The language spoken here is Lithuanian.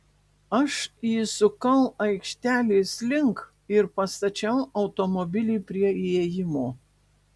aš įsukau aikštelės link ir pastačiau automobilį prie įėjimo